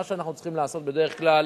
מה שאנחנו צריכים לעשות בדרך כלל,